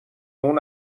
اون